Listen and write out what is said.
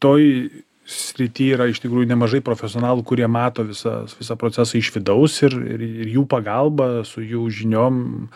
toj srity yra iš tikrųjų nemažai profesionalų kurie mato visas visą procesą iš vidaus ir ir ir jų pagalba su jų žiniom